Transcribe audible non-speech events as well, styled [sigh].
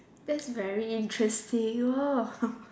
that's very interesting orh [laughs]